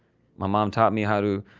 my mom taught me how to